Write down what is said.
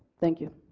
thank you.